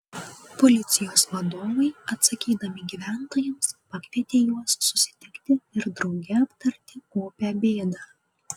policijos vadovai atsakydami gyventojams pakvietė juos susitikti ir drauge aptarti opią bėdą